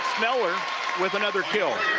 with another kill.